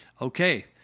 okay